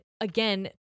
again